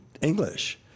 English